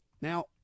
now